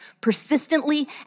persistently